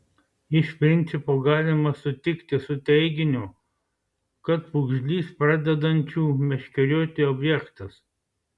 iš principo galima sutikti su teiginiu kad pūgžlys pradedančių meškerioti objektas